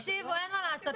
אין מה לעשות,